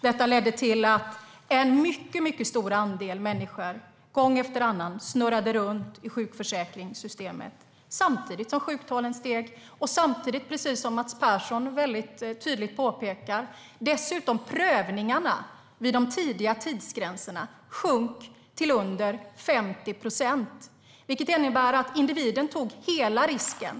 Detta ledde till att en mycket, mycket stor andel människor gång efter annan snurrade runt i sjukförsäkringssystemet samtidigt som sjuktalen steg och, precis som Mats Persson väldigt tydligt påpekar, samtidigt som prövningarna vid de tidiga tidsgränserna sjönk till under 50 procent. Detta innebär att individen tog hela risken.